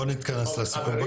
בואו נתכנס לסיכום.